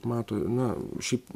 mato na šiaip